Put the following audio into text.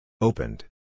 Opened